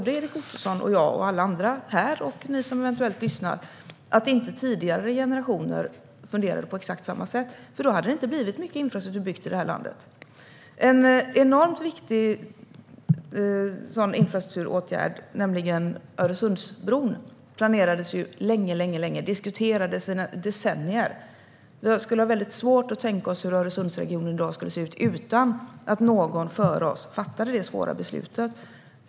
Erik Ottoson och jag och alla andra här och ni som eventuellt lyssnar ska vara väldigt glada att inte tidigare generationer funderade på samma sätt, för då hade det inte blivit mycket infrastruktur byggd i det här landet. En enormt viktig infrastrukturåtgärd, nämligen Öresundsbron, planerades länge och diskuterades i decennier. Det är svårt att tänka sig hur Öresundsregionen skulle ha sett ut i dag om inte någon före oss fattat det svåra beslutet.